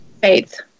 faith